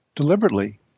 Deliberately